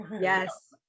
yes